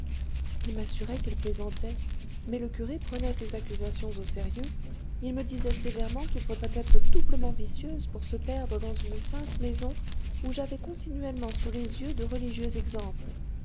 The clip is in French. il m'assurait qu'il plaisantait mais le curé prenait ces accusations au sérieux il me disait sévèrement qu'il faudrait être doublement vicieuse pour se perdre dans une sainte maison où j'avais continuellement sous les yeux de religieux exemples